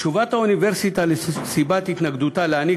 תשובת האוניברסיטה בדבר סיבת התנגדותה להעניק